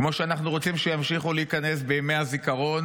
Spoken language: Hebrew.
כמו שאנחנו רוצים שימשיכו להיכנס בימי הזיכרון